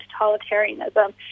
totalitarianism